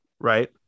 Right